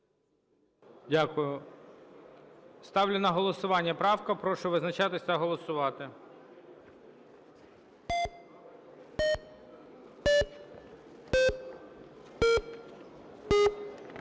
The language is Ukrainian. Дякую. Ставлю на голосування правку. Прошу визначатись та голосувати.